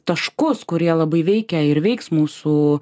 taškus kurie labai veikia ir veiks mūsų